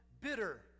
bitter